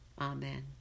amen